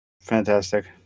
fantastic